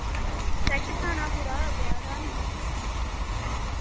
set बनाना पूरा ब्याह् दा नि